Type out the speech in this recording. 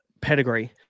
pedigree